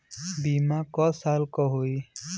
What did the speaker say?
बीमा क साल क होई?